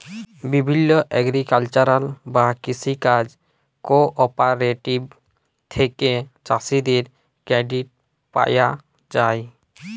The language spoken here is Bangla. বিভিল্য এগ্রিকালচারাল বা কৃষি কাজ কোঅপারেটিভ থেক্যে চাষীদের ক্রেডিট পায়া যায়